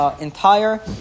entire